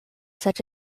such